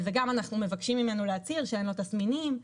אנחנו גם מבקשים ממנו להצהיר שאין לו תסמינים.